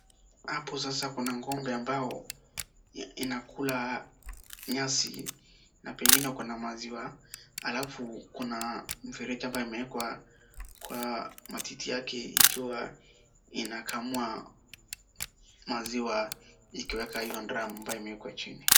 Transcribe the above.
Hapo sasa kuna ng'ombe ambao inakaula nyasi na pengine kuna maziwa. Alafu kuna mfereji ambao imewekwa kwa matiti yake ikiwa inakamua maziwa ikiwekwa hiyo dramu ambayo imewekwa chini.